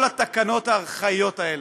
כל התקנות הארכאיות האלה,